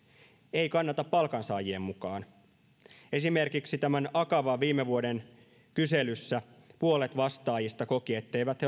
ei kannata palkansaajien mukaan esimerkiksi tässä akavan viime vuoden kyselyssä puolet vastaajista koki etteivät